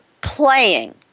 playing